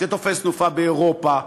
זה תופס תנופה באירופה,